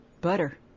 Butter